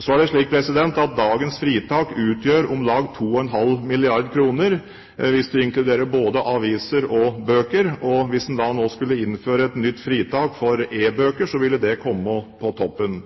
Så er det slik at dagens fritak utgjør om lag 2,5 milliarder kr, hvis vi inkluderer både aviser og bøker, og hvis en nå skulle innføre et nytt fritak, for e-bøker, ville det komme på toppen.